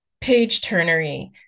page-turnery